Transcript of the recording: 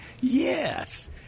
Yes